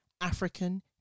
African